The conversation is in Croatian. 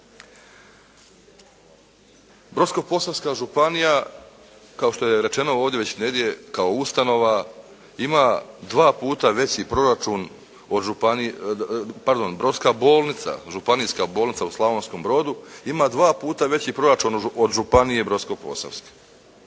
Brodsko-posavska županija kao što je rečeno ovdje već, kao ustanova ima dva puta veći proračun od, pardon brodska bolnica, županijska bolnica u Slavonskom Brodu ima dva puta veći proračun od županije Brodsko-posavske.